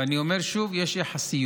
ואני אומר שוב: יש יחסיות.